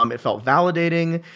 um it felt validating.